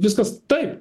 viskas taip